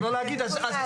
זה ביטוי מעליב.